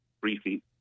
briefly